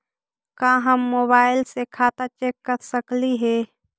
का हम मोबाईल से खाता चेक कर सकली हे?